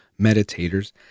meditators